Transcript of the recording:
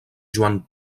joan